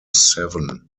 seven